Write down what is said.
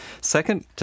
Second